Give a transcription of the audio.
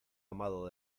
amado